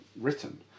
written